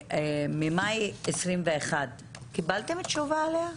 ממאי 2021 קיבלתם תשובה עליה?